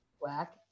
Black